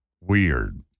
weird